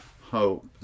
hope